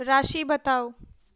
राशि बताउ